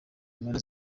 mpera